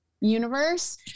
universe